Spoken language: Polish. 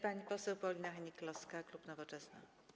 Pani poseł Paulina Hennig-Kloska, klub Nowoczesna.